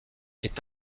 est